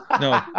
No